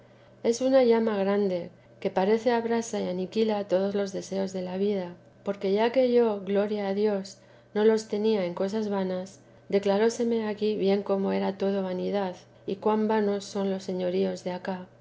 es una llama grande que parece que abrasa y aniquila todos los deseos de la vida porque ya que yo gloria a dios no los tenía en cosas vanas decláreseme aquí bien cómo era todo vanidad y cuan vanos son los señoríos de acá